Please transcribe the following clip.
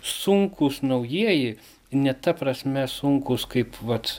sunkūs naujieji ne ta prasme sunkūs kaip vat